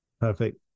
Perfect